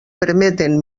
permeten